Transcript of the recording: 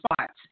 spots